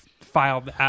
filed